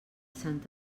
sant